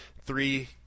three